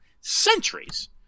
centuries